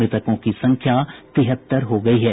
मृतकों की संख्या तिहत्तर हो गयी है